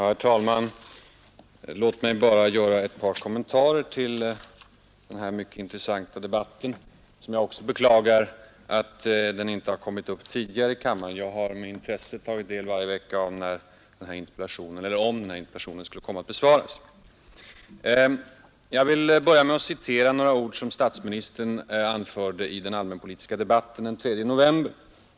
Herr talman! Låt mig bara göra ett par kommentarer till den här mycket intressanta debatten. Också jag beklagar att den inte har kommit till ständ tidigare i kammaren — jag har med intresse varje vecka avvaktat om den här interpellationen skulle komma att besvaras. Jag vill börja med att citera några ord som statsministern anförde i den allmänpolitiska debatten den 3 november.